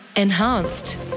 Enhanced